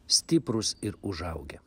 stiprūs ir užaugę